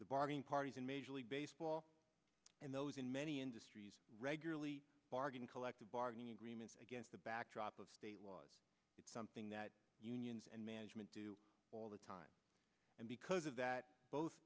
the bargain parties in major league baseball and those in many industries regularly bargain collective bargaining agreements against the backdrop of state was it something that unions and management do all the time and because of that both